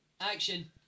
Action